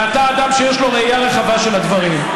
ואתה אדם שיש לו ראייה רחבה של הדברים.